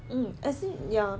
mm as in ya